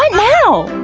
um now?